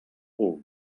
cul